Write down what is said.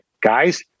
guys